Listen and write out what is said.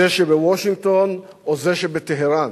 זה שבוושינגטון או זה שבטהרן?